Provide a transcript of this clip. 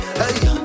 hey